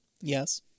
Yes